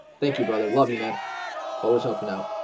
thank you brother. love you man always up and out